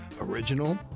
original